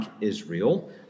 Israel